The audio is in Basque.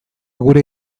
gure